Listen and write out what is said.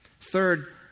Third